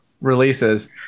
releases